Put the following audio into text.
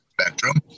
spectrum